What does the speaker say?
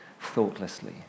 thoughtlessly